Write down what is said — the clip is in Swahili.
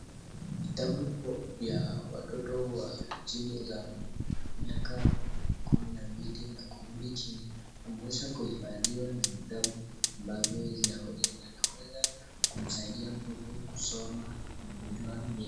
Vitabu vya watoto wa chini za miaka kumi na mbili na kurudi chini wameeza kuhifadhiwa na vitabu ambazo zinaweza kumsaidia mtoto kusoma na kujua mengi.